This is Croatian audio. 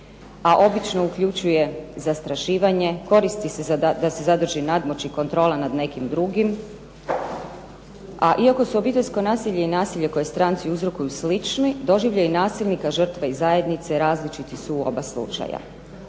a obično uključuje zastrašivanje, koristi se da se zadrži nadmoć i kontrola nad nekim drugim, a iako su obiteljsko nasilje i nasilje koje stranci uzrokuju slični, doživljaj nasilnika, žrtve i zajednice različiti su u oba slučaja.